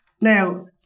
Now